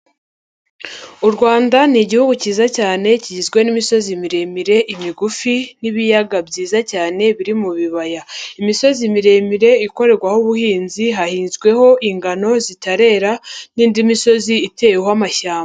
U Rwanda ni Igihugu cyiza cyane kigizwe n'imisozi miremire, imigufi, n'ibiyaga byiza cyane biri mu bibaya, imisozi miremire ikorerwaho ubuhinzi hahinzweho ingano zitarera n'indi misozi iteweho amashyamba.